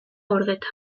gordeta